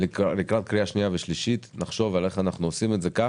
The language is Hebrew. ולקראת קריאה שנייה ושלישית נחשוב איך אנחנו עושים את זה כך,